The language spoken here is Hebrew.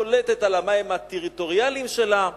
שולטת על המים הטריטוריאליים שלה.